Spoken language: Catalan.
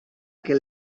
que